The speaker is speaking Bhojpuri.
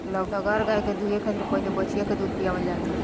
लगहर गाय के दूहे खातिर पहिले बछिया के दूध पियावल जाला